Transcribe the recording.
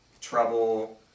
trouble